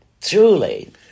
Truly